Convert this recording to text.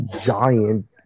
giant